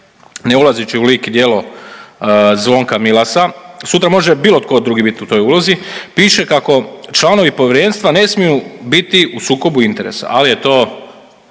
ne ulazeći u lik i djelo Zvonka Milasa sutra može bilo tko drugi bit u toj ulozi, piše kako članovi povjerenstva ne smiju biti u sukobu interesa, ali je to